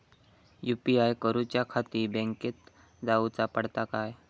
UPI करूच्याखाती बँकेत जाऊचा पडता काय?